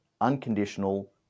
unconditional